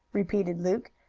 repeated luke.